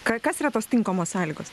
ką kas yra tos tinkamos sąlygos